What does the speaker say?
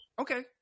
Okay